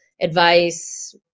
advice